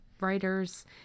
writers